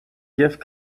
gift